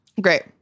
Great